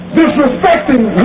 disrespecting